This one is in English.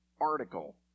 article